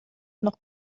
noch